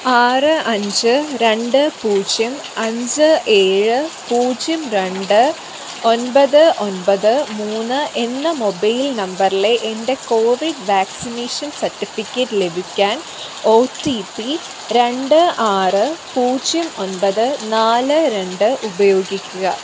ആറ് അഞ്ച് രണ്ട് പൂജ്യം അഞ്ച് ഏഴ് പൂജ്യം രണ്ട് ഒൻപത് ഒൻപത് മൂന്ന് എന്ന മൊബൈൽ നമ്പറിലെ എൻ്റെ കോവിഡ് വാക്സിനേഷൻ സർട്ടിഫിക്കറ്റ് ലഭിക്കാൻ ഒ ടി പി രണ്ട് ആറ് പൂജ്യം ഒൻപത് നാല് രണ്ട് ഉപയോഗിക്കുക